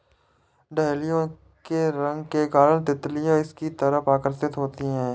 dahlia के रंग के कारण तितलियां इसकी तरफ आकर्षित होती हैं